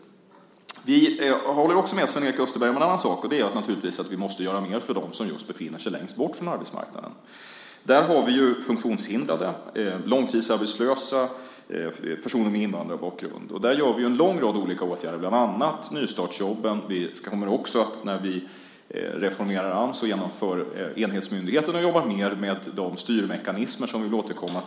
Jag håller också med Sven-Erik Österberg om att vi måste göra mer för dem som befinner sig längst bort från arbetsmarknaden. Där finns funktionshindrade, långtidsarbetslösa och personer med invandrarbakgrund. Där vidtar vi en lång rad åtgärder, bland annat nystartsjobben. Vi kommer också i samband med att vi reformerar Ams och genomför enhetsmyndigheten att arbeta mer med styrmekanismerna.